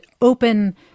open